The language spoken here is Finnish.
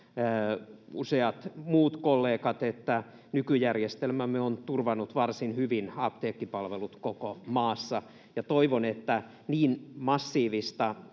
useat muut kollegat, että nykyjärjestelmämme on turvannut varsin hyvin apteekkipalvelut koko maassa, ja toivon, että niin massiivista